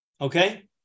Okay